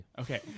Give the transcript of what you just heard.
Okay